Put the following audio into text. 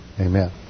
Amen